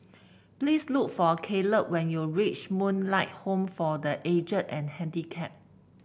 please look for Caleb when you reach Moonlight Home for The Aged and Handicapped